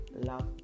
Love